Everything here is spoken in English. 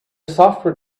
software